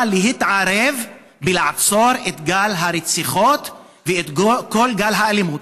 להתערב ולעצור את גל הרציחות ואת כל גל האלימות.